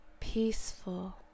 peaceful